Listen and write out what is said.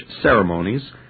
ceremonies